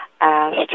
asked